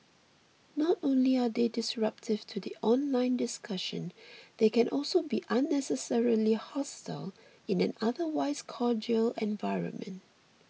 not only are they disruptive to the online discussion they can also be unnecessarily hostile in an otherwise cordial environment